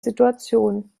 situation